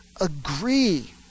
agree